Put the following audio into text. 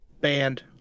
band